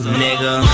nigga